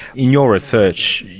in your research,